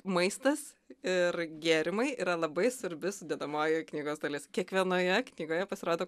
maistas ir gėrimai yra labai svarbi sudedamoji knygos dalis kiekvienoje knygoje pasirodo